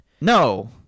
No